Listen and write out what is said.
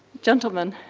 gentlemen.